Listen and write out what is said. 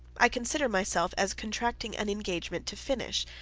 i consider myself as contracting an engagement to finish,